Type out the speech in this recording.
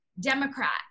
democrat